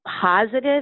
positive